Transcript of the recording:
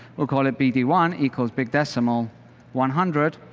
we'll call it b d one equals big decimal one hundred,